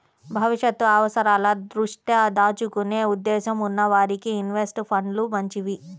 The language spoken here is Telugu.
భవిష్యత్తు అవసరాల దృష్ట్యా దాచుకునే ఉద్దేశ్యం ఉన్న వారికి ఇన్వెస్ట్ ఫండ్లు మంచివి